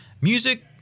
Music